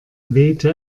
wehte